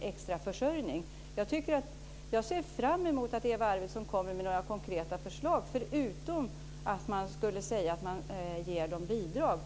extra försörjningsmöjligheter? Jag ser fram emot att Eva Andersson kommer med några konkreta förslag som inte gäller bidrag.